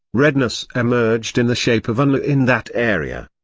redness emerged in the shape of an a in that area.